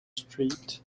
street